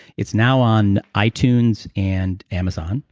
it's now on itunes and amazon.